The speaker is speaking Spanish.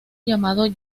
llamado